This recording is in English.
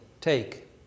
take